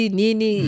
nini